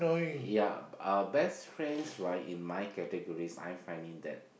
yeah uh best friends right in my categories I find it that